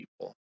people